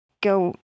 go